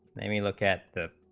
a i mean look at the,